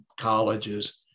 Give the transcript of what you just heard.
colleges